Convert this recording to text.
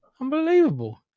unbelievable